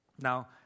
Now